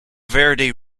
verde